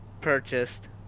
Purchased